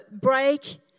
break